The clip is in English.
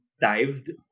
dived